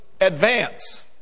advance